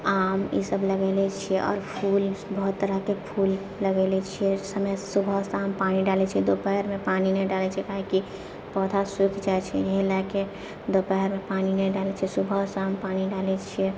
आम ईसभ लगेले छियै आओर फूल बहुत तरहके फूल लगेले छियै समय सुबह शाम पानी डालैत छियै दोपहरमे पानी नहि डालैत छियै काहेकि पौधा सुखि जाइत छै यही लयके दोपहरमऽ पानी नहि डालैत छियै सुबह शाम पानी डालैत छियै